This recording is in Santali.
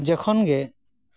ᱡᱚᱠᱷᱚᱱᱜᱮ